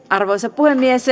arvoisa puhemies